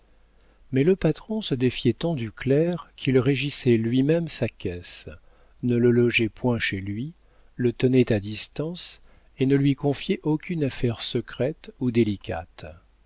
mais le patron se défiait tant du clerc qu'il régissait lui-même sa caisse ne le logeait point chez lui le tenait à distance et ne lui confiait aucune affaire secrète ou délicate